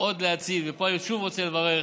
עוד להציג, ופה אני שוב רוצה לברך